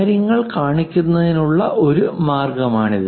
കാര്യങ്ങൾ കാണിക്കുന്നതിനുള്ള ഒരു മാർഗമാണിത്